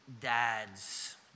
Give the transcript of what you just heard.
dads